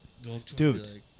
Dude